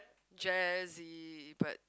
jazzy but